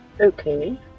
Okay